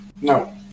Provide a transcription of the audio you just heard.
No